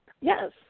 Yes